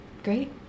great